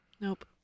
Nope